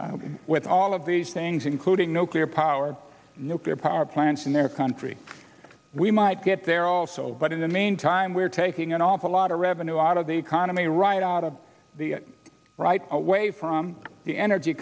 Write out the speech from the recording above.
with all of these things including nuclear power nuclear power plants in their country we might get there also but in the meantime we're taking an awful lot of revenue out of the economy right out of the right away from the energy